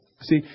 See